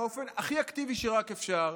באופן הכי אקטיבי שרק אפשר,